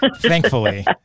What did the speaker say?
Thankfully